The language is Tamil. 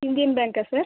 இந்தியன் பேங்க்கா சார்